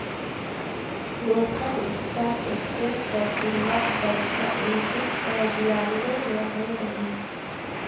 national stock exchange कर सुरवात बछर उन्नीस सव बियानबें में होए रहिस